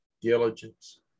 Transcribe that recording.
diligence